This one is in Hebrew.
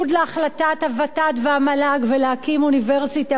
הוות"ת והמל"ג ולהקים אוניברסיטה באריאל.